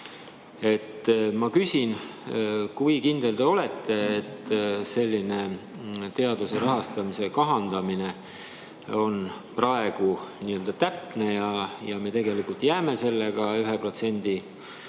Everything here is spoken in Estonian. ma küsin: kui kindel te olete, et selline teaduse rahastamise kahandamine on praegu täpne ja me tegelikult jääme üle 1% või